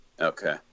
Okay